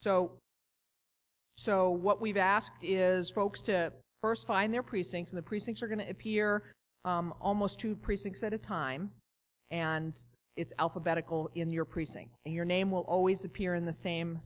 so so what we've asked is folks to first find their precincts in the precincts are going to appear almost two precincts at a time and it's alphabetical in your precinct and your name will always appear in the same